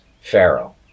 Pharaoh